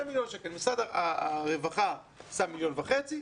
משרד הרווחה שם 1.5 מיליון,